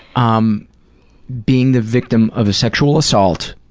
um being the victim of a sexual assault,